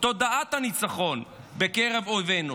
תודעת הניצחון בקרב אויבינו.